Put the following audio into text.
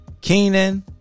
Keenan